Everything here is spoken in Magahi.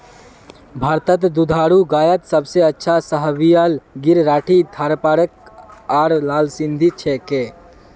भारतत दुधारू गायत सबसे अच्छा साहीवाल गिर राठी थारपारकर आर लाल सिंधी छिके